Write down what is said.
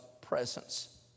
presence